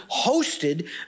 hosted